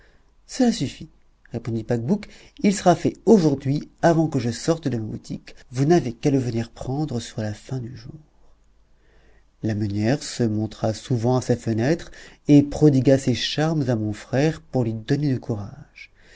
cela suffit répondit bacbouc il sera fait aujourd'hui avant que je sorte de ma boutique vous n'avez qu'à le venir prendre sur la fin du jour la meunière se montra souvent à sa fenêtre et prodigua ses charmes à mon frère pour lui donner du